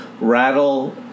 rattle